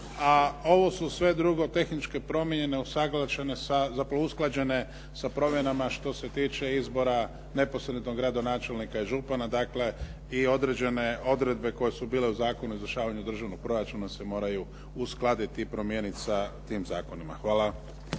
a ovo su sve drugo tehničke promjene usaglašene sa, zapravo usklađene sa promjenama što se tiče izbora neposrednog gradonačelnika i župana, dakle i određene odredbe koje su bile u Zakonu o izvršavanju državnog proračuna se moraju uskladiti i promijeniti sa tim zakonima. Hvala.